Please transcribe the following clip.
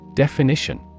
Definition